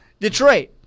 Detroit